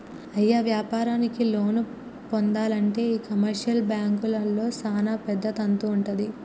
అయ్య వ్యాపారానికి లోన్లు పొందానంటే ఈ కమర్షియల్ బాంకుల్లో సానా పెద్ద తంతు వుంటది